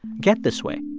get this way?